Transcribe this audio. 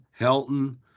Helton